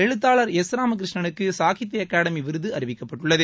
எழுத்தாளர் எஸ் ராமகிருஷ்ணனுக்கு சாகித்ய அகாடமி விருது அறிவிக்கப்பட்டுள்ளது